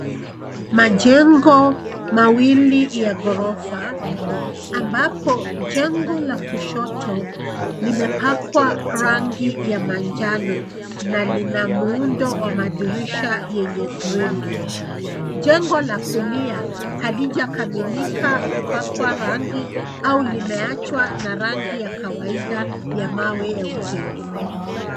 Majengo mawili ya ghorofa, ambapo jengo la kushoto limepakwa rangi ya manjano na lina muundo wa madirisha yenye grili. Jengo la kulia halijakamilika kupakwa rangi au limeachwa na rangi ya kawaida ya mawe ya ujenzi.